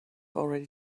already